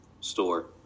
store